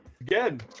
again